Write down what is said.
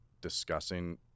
discussing